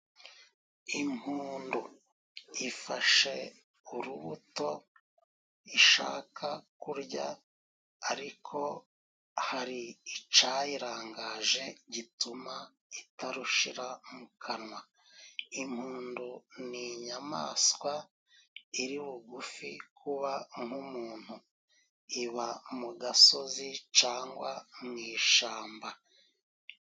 Impundu ifashe urubuto ishaka kurya ariko hari icayirangaje gituma itarushira mu kanwa, impundu ni inyamaswa iri bugufi kuba nk'umuntu iba mu gasozi cangwa mu ishamba.